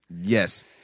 Yes